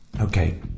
Okay